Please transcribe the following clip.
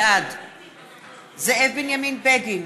בעד זאב בנימין בגין,